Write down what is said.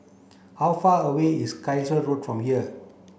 how far away is Carlisle Road from here